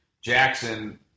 Jackson